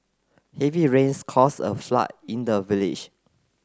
heavy rains caused a flood in the village